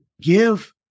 give